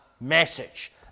message